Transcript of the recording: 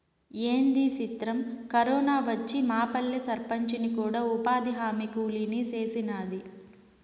ఏంది సిత్రం, కరోనా వచ్చి మాపల్లె సర్పంచిని కూడా ఉపాధిహామీ కూలీని సేసినాది